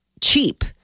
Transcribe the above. cheap